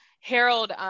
Harold